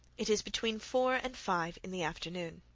it is between four and five in the afternoon.